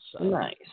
Nice